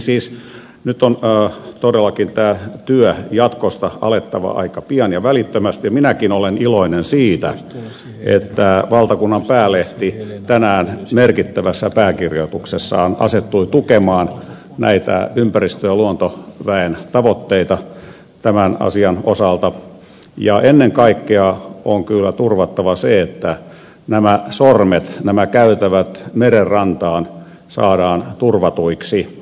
siis nyt on todellakin tämä työ jatkossa alettava aika pian ja välittömästi ja minäkin olen iloinen siitä että valtakunnan päälehti tänään merkittävässä pääkirjoituksessaan asettui tukemaan näitä ympäristö ja luontoväen tavoitteita tämän asian osalta ja ennen kaikkea on kyllä turvattava se että nämä sormet nämä käytävät merenrantaan saadaan turvatuiksi